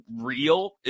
real